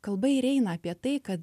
kalba ir eina apie tai kad